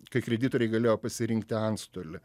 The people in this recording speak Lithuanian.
kai kreditoriai galėjo pasirinkti antstolį